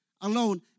Alone